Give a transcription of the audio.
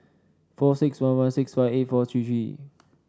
four six one one six five eight four three three